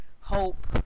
hope